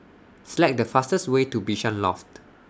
Select The fastest Way to Bishan Loft